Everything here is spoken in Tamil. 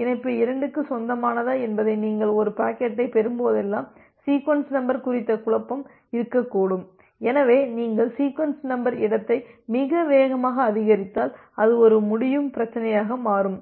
இணைப்பு 2க்கு சொந்தமானதா என்பதை நீங்கள் ஒரு பாக்கெட்டைப் பெறும்போதெல்லாம் சீக்வென்ஸ் நம்பர் குறித்த குழப்பம் இருக்கக்கூடும் எனவே நீங்கள் சீக்வென்ஸ் நம்பர் இடத்தை மிக வேகமாக அதிகரித்தால் அது ஒரு முடியும் பிரச்சினையாக மாறும்